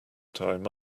time